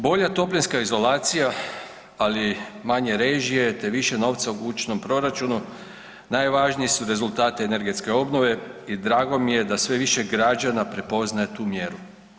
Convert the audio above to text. Bolja toplinska izolacija, ali manje režije te više novca u kućnom proračunu najvažniji su rezultati energetske obnove i drago mi je da sve više građana prepoznaje tu mjeru.